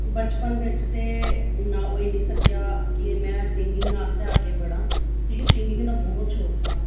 बचपन बिच्च ते इ'न्ना होई नी सकेआ के में सिंगिंग आस्तै अग्गे बढ़ां क्योंकि सिंगिंग दा बहुत शौक हा